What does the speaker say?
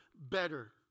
better